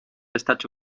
estats